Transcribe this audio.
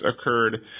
occurred